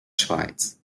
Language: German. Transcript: schweiz